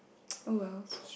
oh wells